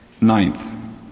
Ninth